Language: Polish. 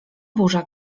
burza